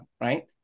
right